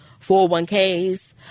401ks